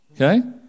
okay